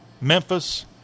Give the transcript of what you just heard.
Memphis